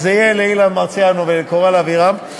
זה יהיה לאילן מרסיאנו ולקורל אבירם.